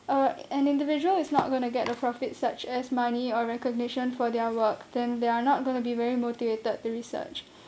uh an individual is not going to get the profit such as money or recognition for their work then they are not going to be very motivated to research